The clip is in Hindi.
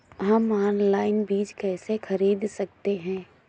हम ऑनलाइन बीज कैसे खरीद सकते हैं?